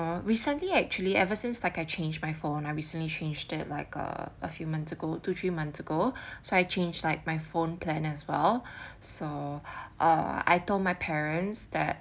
recently actually ever since like I change my phone I recently changed it like err a few months ago two three months ago so I change like my phone plan as well so err I told my parents that